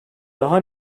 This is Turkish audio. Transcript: daha